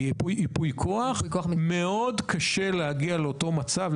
ייפוי הכוח הזה מאוד קשה להגיע לאותו מצב.